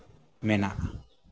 ᱢᱮᱱᱟᱜᱼᱟ